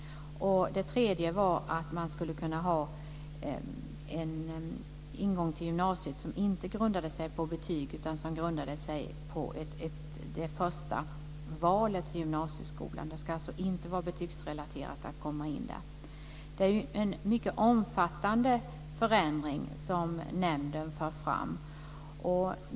Det tredje var att man skulle kunna ha en ingång till gymnasiet som inte grundade sig på betyg utan som grundade sig på det första valet till gymnasieskolan. Det ska alltså inte vara betygsrelaterat att komma in där. Det är en mycket omfattande förändring som nämnden för fram.